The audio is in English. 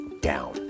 down